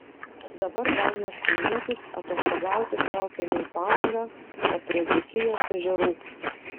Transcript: dabar dažnas kaunietis atostogauti traukia ne į palangą o prie dzūkijos ežerų